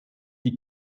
die